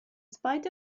spite